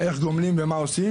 איך גומלים ומה עושים?